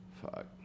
fuck